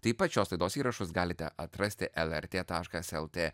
taip pat šios laidos įrašus galite atrasti el er tė taškas el tė